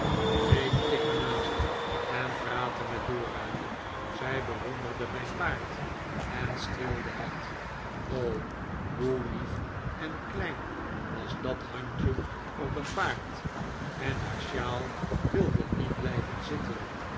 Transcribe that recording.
reed ik er naast en praatte met dora zij bewonderde mijn paard en streelde het o hoe lief en klein was dat handje op een paard en haar shawl wilde niet blijven zitten